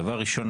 דבר ראשון,